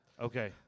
Okay